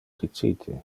dicite